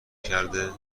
کرده